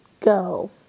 go